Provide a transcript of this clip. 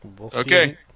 Okay